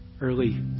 Early